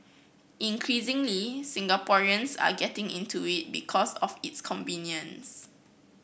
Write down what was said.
increasingly Singaporeans are getting into it because of its convenience